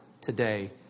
today